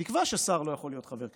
תקבע ששר לא יכול להיות חבר כנסת,